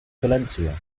valencia